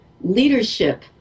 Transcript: leadership